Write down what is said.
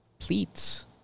Pleats